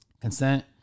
consent